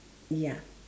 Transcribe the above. ya